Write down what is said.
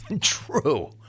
True